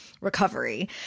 recovery